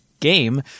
game